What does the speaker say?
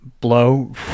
blow